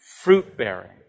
fruit-bearing